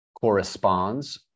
corresponds